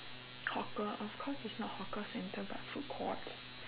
hawker of course it's not hawker center but food courts